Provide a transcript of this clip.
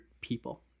people